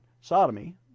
sodomy